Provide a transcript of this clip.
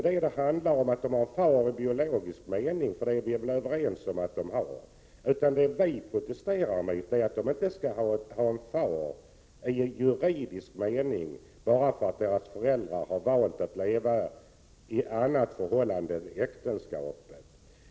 Men det handlar inte om att barnen i biologisk mening har en far, för det är vi väl överens om att de har. Det som vi protesterar mot är att de inte skall ha en far i juridisk mening enbart på grund av att deras föräldrar har valt att leva i en annan typ av förhållande än äktenskapet.